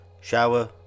Shower